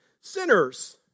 sinners